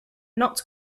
not